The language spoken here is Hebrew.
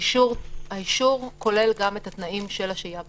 האישור כולל גם התנאים של השהייה בארץ.